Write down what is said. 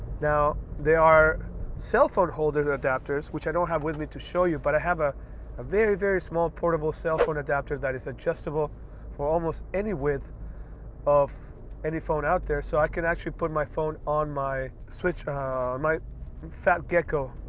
now there are cell phone holder adapters, which i don't have with me to show you but i have a very, very small portable cell phone adapter that is adjustable for almost any width of any phone out there. so i can actually put my phone on my so fat gecko